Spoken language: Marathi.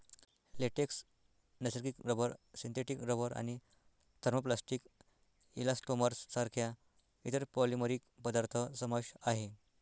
लेटेक्स, नैसर्गिक रबर, सिंथेटिक रबर आणि थर्मोप्लास्टिक इलास्टोमर्स सारख्या इतर पॉलिमरिक पदार्थ समावेश आहे